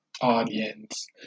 audience